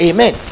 Amen